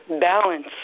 balance